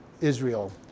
Israel